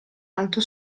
alto